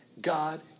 God